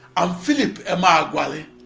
i'm philip emeagwali.